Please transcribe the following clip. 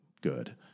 good